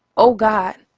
oh god,